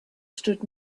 stood